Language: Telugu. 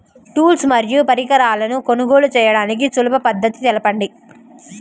టూల్స్ మరియు పరికరాలను కొనుగోలు చేయడానికి సులభ పద్దతి తెలపండి?